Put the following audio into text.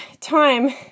time